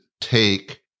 take